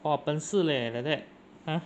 !wah! 本是 leh like that mm